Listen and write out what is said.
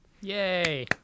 Yay